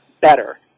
better